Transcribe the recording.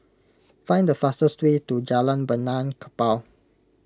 find the fastest way to Jalan Benaan Kapal